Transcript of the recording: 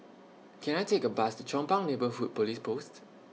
Can I Take A Bus to Chong Pang Neighbourhood Police Post